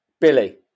Billy